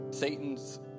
Satan's